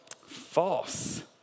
False